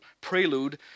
prelude